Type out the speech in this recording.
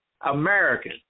American